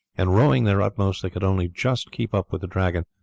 and rowing their utmost they could only just keep up with the dragon,